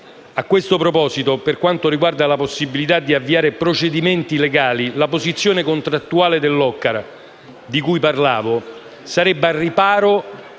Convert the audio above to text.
a questo proposito, per quanto riguarda la possibilità di avviare procedimenti legali, la posizione contrattuale dell'OCCAR di cui parlavo sarebbe al riparo